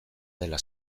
dela